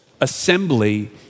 assembly